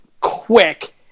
quick